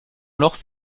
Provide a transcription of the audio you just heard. noch